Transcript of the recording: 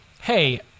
hey